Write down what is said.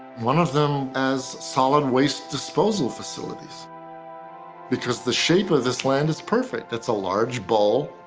one of them as solid waste disposal facilities because the shape of this land is perfect. it's a large bowl.